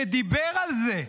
שדיבר על זה,